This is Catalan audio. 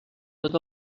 tot